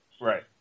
Right